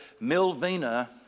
Milvina